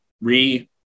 re